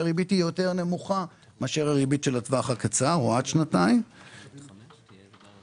מה זאת אומרת "משקף את ציפיית השוק"?